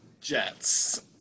Jets